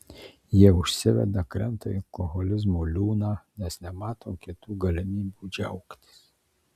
jie užsiveda krenta į alkoholizmo liūną nes nemato kitų galimybių džiaugtis